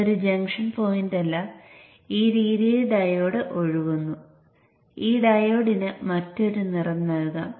അതിനാൽ Vo ndVin 2 നമുക്ക് കിട്ടും